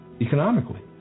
economically